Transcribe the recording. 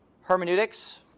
hermeneutics